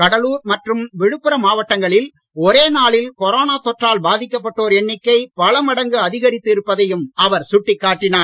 கடலூர் மற்றும் விழுப்புரம் மாவட்டங்களில் ஓரே நாளில் கொரோனா தொற்றால் பாதிக்கப் பட்டோர் எண்ணிக்கை பல மடங்கு அதிகரித்து இருப்பதையும் அவர் சுட்டிக் காட்டினார்